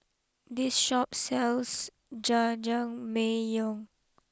this Shop sells Jajangmyeon